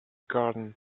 garden